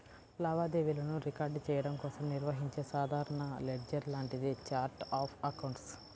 లావాదేవీలను రికార్డ్ చెయ్యడం కోసం నిర్వహించే సాధారణ లెడ్జర్ లాంటిదే ఛార్ట్ ఆఫ్ అకౌంట్స్